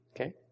Okay